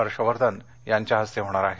हर्षवर्धन यांच्या हस्ते होणार आहे